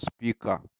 speaker